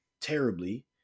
terribly